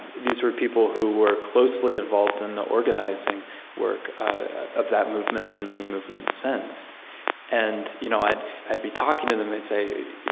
these were people who were closely involved in the organizing work of that movement and many movements since and you know i'd i'd be talking to them and say,